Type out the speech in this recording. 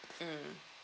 mmhmm